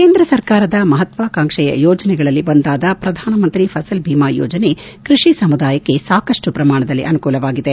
ಕೇಂದ್ರ ಸರ್ಕಾರದ ಮಹತ್ವಾಕಾಂಕ್ಷೆಯ ಯೋಜನೆಗಳಲ್ಲೊಂದಾದ ಪ್ರಧಾನಮಂತ್ರಿ ಫಸಲ್ ಬಿಮಾ ಯೋಜನೆ ಕೃಷಿ ಸಮುದಾಯದಕ್ಕೆ ಸಾಕಷ್ಟು ಪ್ರಮಾಣದಲ್ಲಿ ಅನುಕೂಲವಾಗಿದೆ